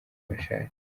mashati